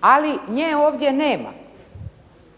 Ali nje ovdje nema.